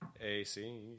AC